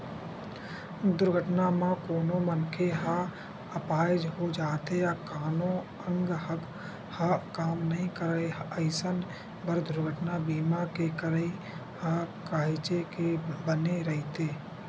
दुरघटना म कोनो मनखे ह अपाहिज हो जाथे या कोनो अंग ह काम नइ करय अइसन बर दुरघटना बीमा के करई ह काहेच के बने रहिथे